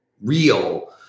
real